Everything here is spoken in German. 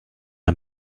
ein